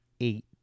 eight